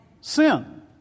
sin